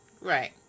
Right